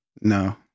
No